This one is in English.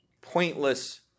pointless